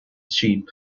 sheep